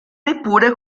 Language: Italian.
neppure